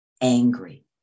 angry